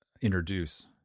introduce